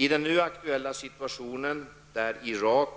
I den nu aktuella situationen där Irak